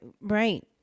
right